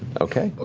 okay. but